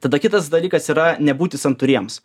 tada kitas dalykas yra nebūti santūriems